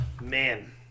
man